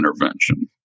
intervention